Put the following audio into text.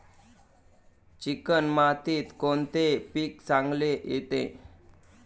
Chicken मातीत कोणते पीक चांगले येते?